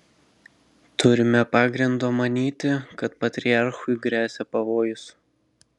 turime pagrindo manyti kad patriarchui gresia pavojus